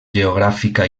geogràfica